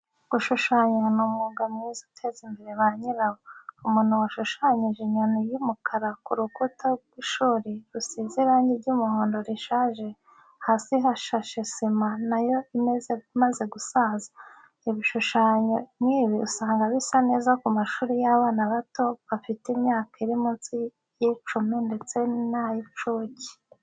Gushushanya ni umwuga mwiza uteza imbere ba nyirawo. Umuntu washushanyije inyoni y'umukara ku rukuta rw'ishuri, rusize irangi ry'umuhondo rishaje, hasi hashashe sima na yo imaze gusaza. Ibishushanyo nkibi usanga bisa neza ku mashuri y'abana bato bafite imyaka iri munsi y'icumi ndetse n'ay'icuke